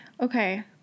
Okay